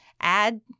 Add